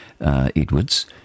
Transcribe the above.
Edwards